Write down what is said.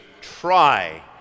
try